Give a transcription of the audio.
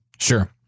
Sure